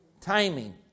timing